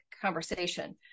conversation